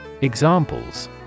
Examples